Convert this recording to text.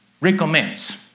recommends